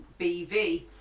bv